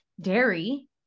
dairy